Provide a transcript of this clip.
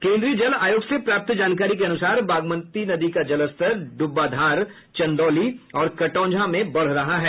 केन्द्रीय जल आयोग से प्राप्त जानकारी के अनुसार बागमती नदी का जलस्तर ड्ब्बाधार चंदौली और कटौंझा में बढ़ रहा है